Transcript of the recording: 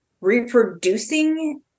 reproducing